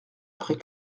après